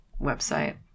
website